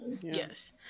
Yes